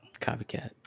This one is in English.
Copycat